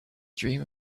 dream